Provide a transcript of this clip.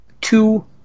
two